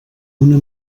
una